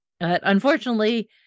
unfortunately